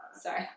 Sorry